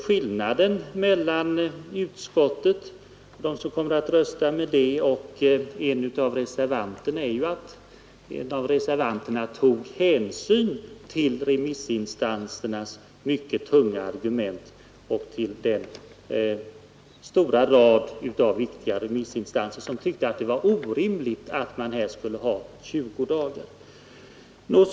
Skillnaden mellan utskottsmajoriteten och reservanterna på denna punkt är att reservanterna tagit hänsyn till de mycket tunga argument som framförts av en lång rad viktiga remissinstanser, som ansett att det är orimligt att ge adoptivföräldrarna i allmänhet endast 20 dagars ledighet.